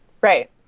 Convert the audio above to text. right